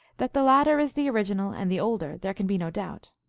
that the latter is the original and the older there can be no doubt.